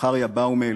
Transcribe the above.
זכריה באומל,